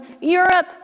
Europe